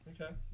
Okay